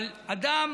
אבל אדם